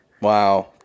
Wow